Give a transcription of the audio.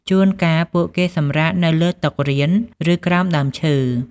ជួនកាល ពួកគេសម្រាកនៅលើតុរៀន ឬ ក្រោមដើមឈើ។